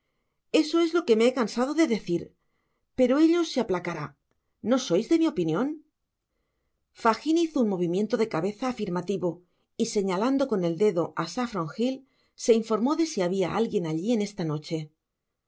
eso es lo que me he cansado de decir pero ello se aplacará no sois de mi opinion fagin hizo un movimiento de cabeza afirmativo y señalando con el dedo á saffron hill se informó de si habia alquien alli en esta noche